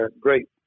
great